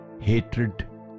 hatred